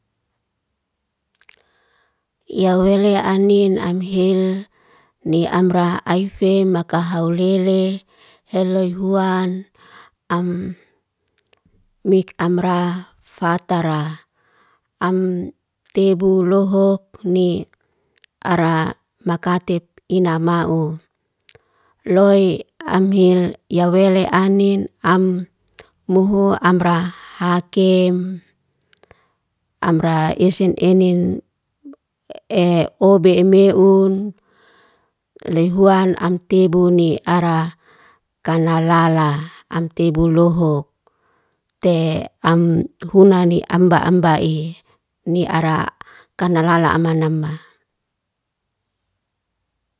Ya wele anin am hil, niam ra aife maka haulele. Heloy huan am mik amra fatara. Am teibu lohok ni, ara makate ina mau. Loy am hil ya walea anin, am muhu am ra hakeim. Am ra esen enin e obe emeun. Lei huan am teibu ni ara kanalala, am teibu lohok. Te am hunani amba amba'i, ni ara kanalala ama namma.